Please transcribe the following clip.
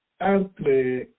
entre